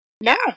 no